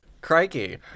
Crikey